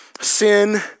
sin